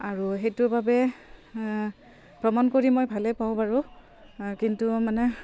আৰু সেইটোৰ বাবে ভ্ৰমণ কৰি মই ভালেই পাওঁ বাৰু কিন্তু মানে